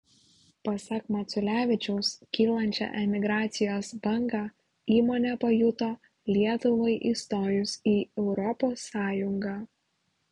pasak maculevičiaus kylančią emigracijos bangą įmonė pajuto lietuvai įstojus į europos sąjungą